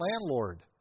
landlord